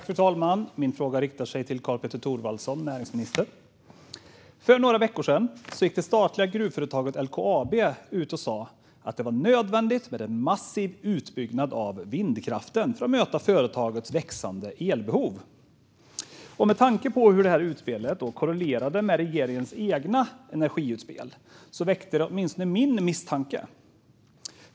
Fru talman! Min fråga är riktad till näringsminister Karl-Petter Thorwaldsson. För några veckor sedan gick det statliga gruvföretaget LKAB ut och sa att det är nödvändigt med en massiv utbyggnad av vindkraften för att möta företagets växande elbehov. Med tanke på hur det här utspelet korrelerade med regeringens eget energiutspel väckte det åtminstone min misstanke.